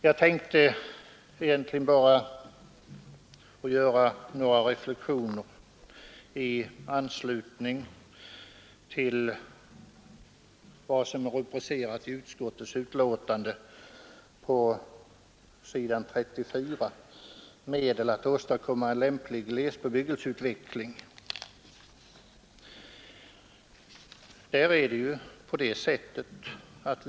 Jag tänkte egentligen bara göra några reflexioner i anslutning till vad som står under rubriken ”Medel att åstadkomma en lämplig glesbebyggelseutveckling” på s. 34 i civilutskottets betänkande.